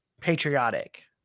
patriotic